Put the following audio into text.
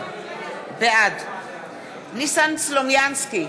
בעד ניסן סלומינסקי,